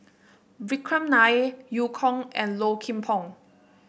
Vikram Nair Eu Kong and Low Kim Pong